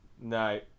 No